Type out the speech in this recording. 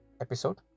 episode